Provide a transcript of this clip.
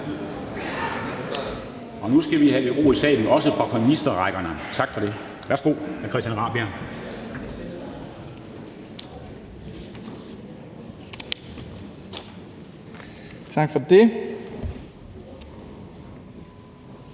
Nu skal vi have lidt ro i salen, også på ministerrækkerne. Tak for det. Værsgo, hr. Christian Rabjerg Madsen.